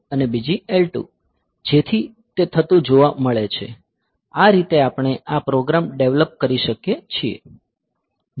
જેથી તે થતું જોવા મળે છે આ રીતે આપણે આ પ્રોગ્રામ ડેવલપ કરી શકીએ છીએ